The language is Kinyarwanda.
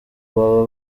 baba